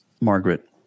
Margaret